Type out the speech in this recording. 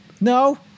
No